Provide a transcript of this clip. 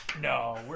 No